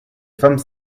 femmes